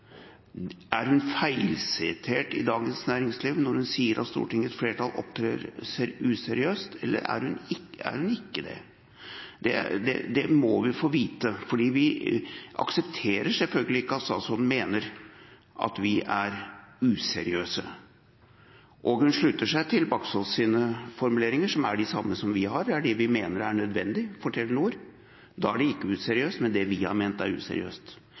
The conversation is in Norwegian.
Er hun feilsitert i Dagens Næringsliv når hun sier at Stortingets flertall opptrer useriøst, eller er hun ikke det? Det må vi få vite, for vi aksepterer selvfølgelig ikke at statsråden mener at vi er useriøse. Hun slutter seg til Baksaas’ formuleringer, som er de samme som vi har, fordi vi mener det er nødvendig for Telenor. Da er det ikke useriøst, men det vi har ment, er useriøst.